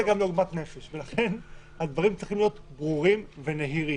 גם לעוגמת נפש ולכן הדברים צריכים להיות ברורים ונהירים.